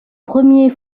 premier